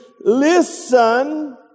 listen